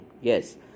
Yes